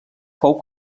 fou